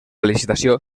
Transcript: licitació